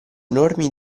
enormi